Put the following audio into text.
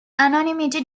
anonymity